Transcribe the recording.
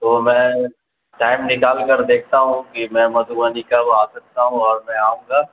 تو میں ٹائم نکال کر دیکھتا ہوں کہ میں مدھوبنی کا وہ آ سکتا ہوں اور میں آؤں گا